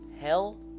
Hell